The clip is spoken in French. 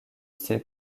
style